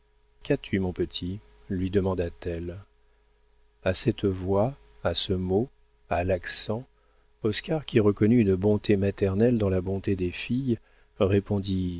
qu'as-tu mon petit lui demanda-t-elle a cette voix à ce mot à l'accent oscar qui reconnut une bonté maternelle dans la bonté des filles